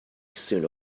soon